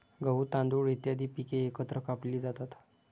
गहू, तांदूळ इत्यादी पिके एकत्र कापली जातात